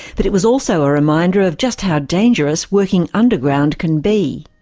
but it was also a reminder of just how dangerous working underground can be.